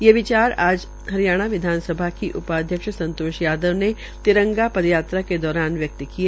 ये विचार आज हरियाणा विधानसभा की उपाध्यक्ष संतोष यादव ने नियंतरर पदयात्रा के दौरान व्यक्त किये